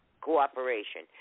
cooperation